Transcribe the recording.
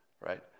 Right